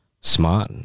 smart